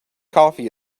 coffee